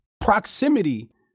proximity